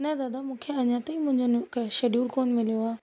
न दादा मूंखे अञा ताईं मुंहिंजो कोई शेड्यूल कोन मिलियो आहे